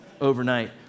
overnight